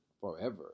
forever